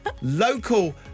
Local